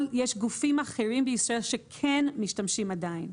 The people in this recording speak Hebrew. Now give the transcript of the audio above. יש גופים אחרים בישראל שכן משתמשים עדיין.